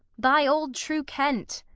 thy old true kent.